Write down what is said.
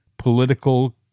political